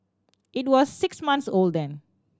it was six months old then